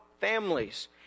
families